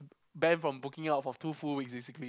ban from booking out for two full weeks basically